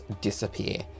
disappear